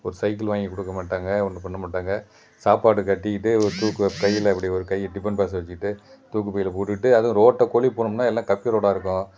ஒரு சைக்கிள் வாங்கி கொடுக்க மாட்டாங்க ஒன்று பண்ணமாட்டாங்க சாப்பாடு கட்டிக்கிட்டு தூக்கு கையில் அப்படி ஒரு கையில் டிஃபன் பாக்ஸை வச்சுட்டு தூக்கு பையில் போட்டுகிட்டு அதுவும் ரோட்டு கூடிகிட்டு போனோம்ன்னால் எல்லாம் கப்பி ரோடாக இருக்கும்